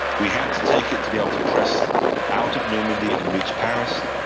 we had to take it to be able to press out of normandy and reach paris,